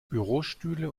bürostühle